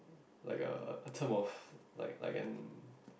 like a a term of like like an